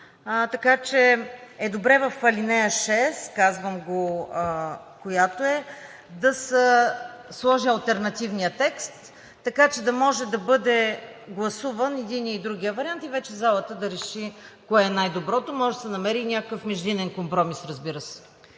Така че е добре в ал. 6, казвам го, да се сложи алтернативният текст, така че да може да бъде гласуван и единият, и другият вариант, и вече залата да реши кое е най-доброто. Може да се намери и някакъв междинен компромис, разбира се.